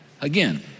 again